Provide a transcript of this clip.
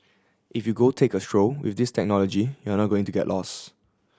if you go take a stroll with this technology you're not going to get lost